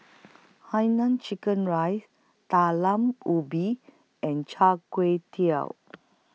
Hai Nam Chicken Rice Talam Ubi and Char Kway Teow